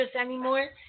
anymore